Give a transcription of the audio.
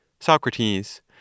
Socrates